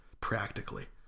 Practically